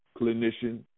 clinician